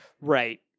Right